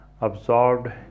absorbed